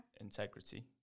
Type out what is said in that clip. integrity